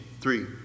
three